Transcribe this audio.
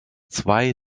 zwei